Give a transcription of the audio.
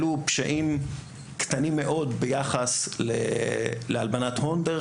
אלו פשעים קטנים מאוד ביחס להלבנת הון דרך